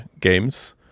games